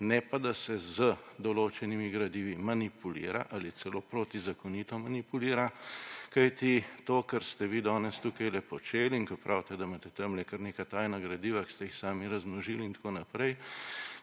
ne pa, da se z določenimi gradivi manipulira ali celo protizakonito manipulira. Kajti to, kar ste vi danes tukajle počeli in ko pravite, da imate tamle kar neka tajna gradiva, ki ste jih sami razmnožil in tako naprej,